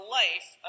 life